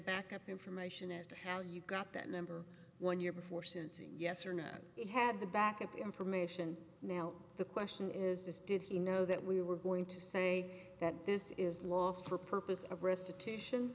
backup information as to how you got that number one year before syncing yes or no he had the backup information now the question is did he know that we were going to say that this is lost for purposes of restitution